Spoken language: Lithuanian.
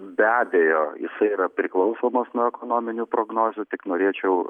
be abejo jisai yra priklausomas nuo ekonominių prognozių tik norėčiau